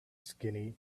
skinny